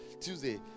Tuesday